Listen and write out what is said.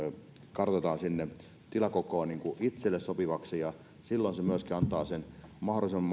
kartoitetaan tilakokoon ja itselle sopivaksi ja silloin se myöskin antaa sen mahdollisimman